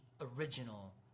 original